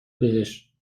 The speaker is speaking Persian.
بهش